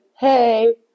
Hey